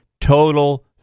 total